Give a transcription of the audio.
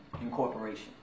incorporation